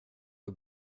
har